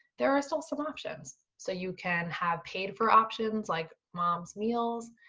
there are still some options. so you can have paid for options, like mom's meals.